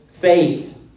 faith